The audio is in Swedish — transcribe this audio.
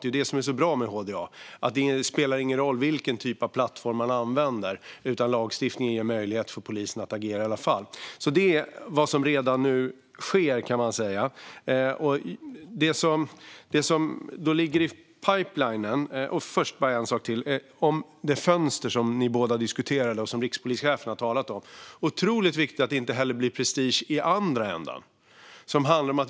Det är det som är så bra med HDA - det spelar ingen roll vilken typ av plattform man använder; lagstiftningen ger möjlighet för polisen att agera i alla fall. Det är vad som sker redan nu. En sak till i fråga om det fönster som ni båda diskuterade och som rikspolischefen har talat om: Det är otroligt viktigt att det inte heller går prestige i andra änden av detta.